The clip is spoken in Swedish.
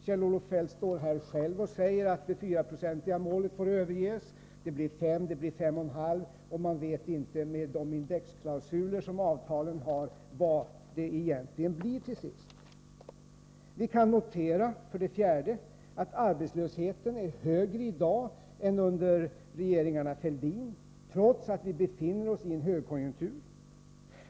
Kjell-Olof Feldt står själv här och säger att 4-procentsmålet får överges och att inflationen kan bli 5 eller 5,5 76. Med de indexklausuler avtalen innehåller vet man inte hur stor inflationen till slut blir. Vi kan för det fjärde notera att arbetslösheten är högre i dag än under regeringarna Fälldin — trots att vi befinner oss i en högkonjunktur.